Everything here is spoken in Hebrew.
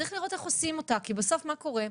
צריך לראות איך עושים אותה כי בסוף מה קורה?